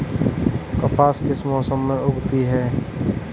कपास किस मौसम में उगती है?